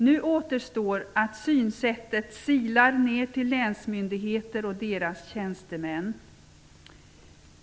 Nu återstår att detta synsätt silar ner till länsmyndigheter och deras tjänstemän.